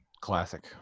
Classic